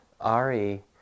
Ari